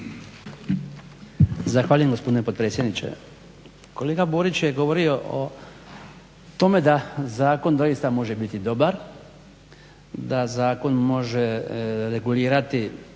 Zahvaljujem gospodine potpredsjedniče. Kolega Borić je govorio o tome da zakon doista može biti dobar, da zakon može regulirati